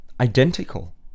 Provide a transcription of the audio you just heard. identical